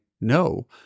no